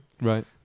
Right